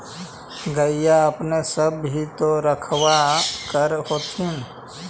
गईया अपने सब भी तो रखबा कर होत्थिन?